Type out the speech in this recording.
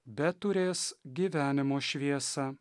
bet turės gyvenimo šviesą